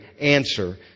answer